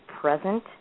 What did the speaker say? present